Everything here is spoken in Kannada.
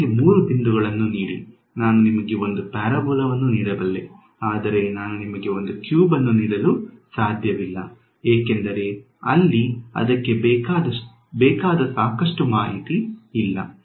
ನನಗೆ ಮೂರು ಬಿಂದುಗಳನ್ನು ನೀಡಿ ನಾನು ನಿಮಗೆ ಒಂದು ಪ್ಯಾರಾಬೋಲಾವನ್ನು ನೀಡಬಲ್ಲೆ ಆದರೆ ನಾನು ನಿಮಗೆ ಒಂದು ಕ್ಯೂಬ್ ಅನ್ನು ನೀಡಲು ಸಾಧ್ಯವಿಲ್ಲ ಏಕೆಂದರೆ ಅಲ್ಲಿ ಅದಕ್ಕೆ ಬೇಕಾದ ಸಾಕಷ್ಟು ಮಾಹಿತಿ ಇಲ್ಲ